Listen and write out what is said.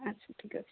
ଆଚ୍ଛା ଠିକ୍ ଅଛି